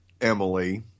Emily